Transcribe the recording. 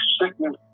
sickness